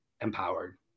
empowered